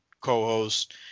co-host